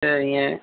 சரிங்க